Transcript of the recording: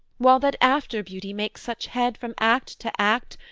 while that after-beauty makes such head from act to act,